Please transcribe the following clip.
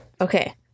Okay